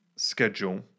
Schedule